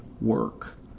work